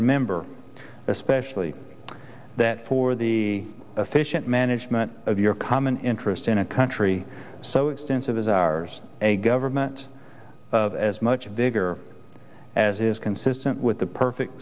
remember especially that for the efficient management of your common interest in a country so extensive as ours a government of as much bigger as is consistent with the perfect